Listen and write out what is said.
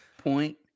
point